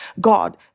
God